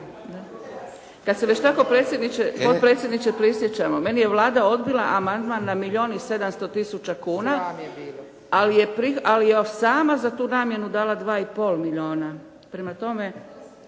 Kad se već tako potpredsjedniče prisjećamo, meni je Vlada odbila amandman na milijun i 700 tisuća kuna, ali je sama za tu namjenu dala 2 i pol milijuna. Prema tome,